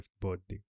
birthday